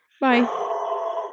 Bye